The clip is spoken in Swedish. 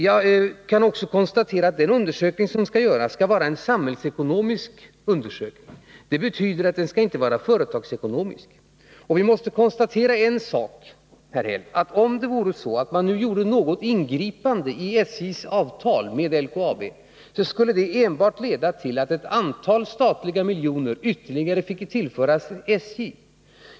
Jag kan också konstatera att den undersökning som skall göras skall vara samhällsekonomisk. Det betyder att den inte skall vara företagsekonomisk. Och vi måste vara på det klara med en sak, herr Häll: Om man nu gjorde något ingripande i SJ:s avtal med LKAB, så skulle det enbart leda till att ett antal statliga miljoner ytterligare finge tillföras SJ.